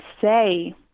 say